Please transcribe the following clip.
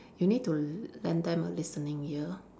you need to lend them a listening ear